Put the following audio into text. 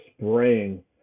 spraying